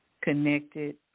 connected